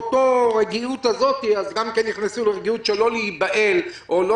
מהמדיניות הזאת נכנסו גם למדיניות של לא להיבהל או לא